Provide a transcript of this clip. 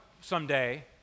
someday